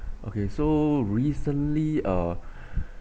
okay so recently uh